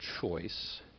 choice